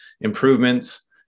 improvements